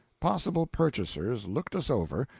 possible purchasers looked us over,